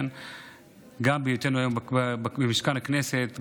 גם בהיותנו היום במשכן הכנסת,